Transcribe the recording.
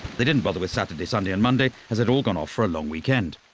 they didn't bother with saturday sunday and monday as they'd all gone off for a long weekend.